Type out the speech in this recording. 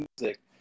music